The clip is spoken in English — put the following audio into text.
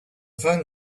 phone